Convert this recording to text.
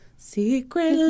Secret